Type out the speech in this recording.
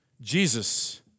Jesus